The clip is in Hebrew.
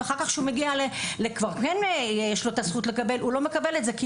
וכשמגיע לקבל הוא לא מקבל את זה כי